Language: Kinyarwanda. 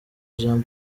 jean